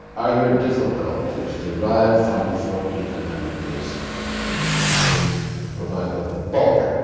are your difficulties derived from fourteenth amendment cases which provide the bulk